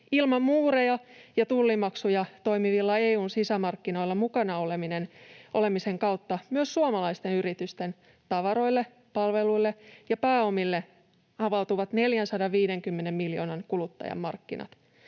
Ilman muureja ja tullimaksuja toimivilla EU:n sisämarkkinoilla mukana olemisen kautta myös suomalaisten yritysten tavaroille, palveluille ja pääomille avautuvat 450 miljoonan kuluttajan markkinat.